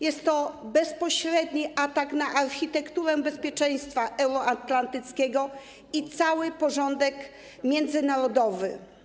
Jest to bezpośredni atak na architekturę bezpieczeństwa euroatlantyckiego i cały porządek międzynarodowy.